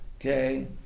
okay